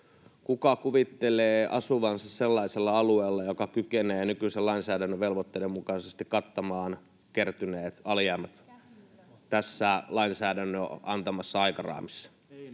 kuka kuvittelee asuvansa sellaisella alueella, joka kykenee nykyisen lainsäädännön velvoitteiden mukaisesti kattamaan kertyneet alijäämät tässä lainsäädännön antamassa aikaraamissa?